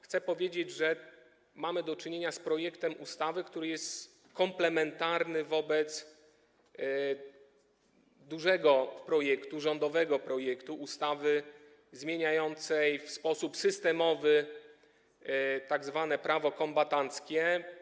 Chcę powiedzieć, że mamy do czynienia z projektem ustawy, który jest komplementarny wobec dużego projektu - rządowego projektu ustawy zmieniającej w sposób systemowy tzw. prawo kombatanckie.